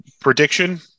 Prediction